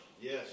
Yes